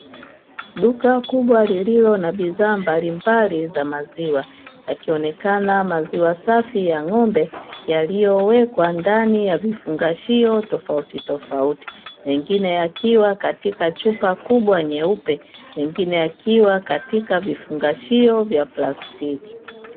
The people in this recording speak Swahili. Duka kubwa lililo na bidhaa mbalimbali za maziwa yakionekana maziwa safi ya ng'ombe yaliyowekwa ndani ya vifungashio tofautitofauti; mengine yakiwa katika chupa kubwa nyeupe, mengine yakiwa katika vifungashio vya plastiki.